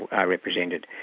are represented.